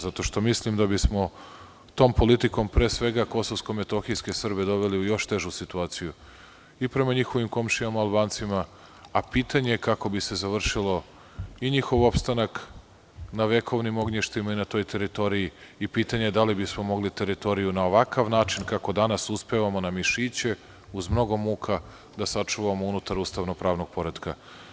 Zato što mislim da bismo tom politikom, pre svega Kosovsko-metohijske Srbe doveli u još težu situaciju, i prema njihovim komšijama Albancima, a pitanje kako bi se završio i njihov opstanak na vekovnim ognjištima i na toj teritoriji, i pitanje da li bismo mogli teritoriju na ovakav način kako danas uspevamo na mišiće, uz mnogo muka da sačuvamo unutar ustavno-pravnog poretka.